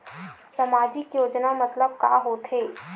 सामजिक योजना मतलब का होथे?